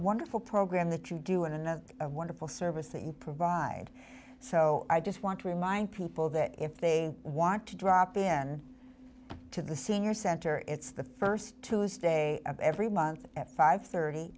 wonderful program that you do another a wonderful service thing provide so i just want to remind people that if they want to drop in to the senior center it's the first tuesday of every month at five thirty